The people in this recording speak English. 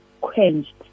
quenched